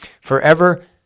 forever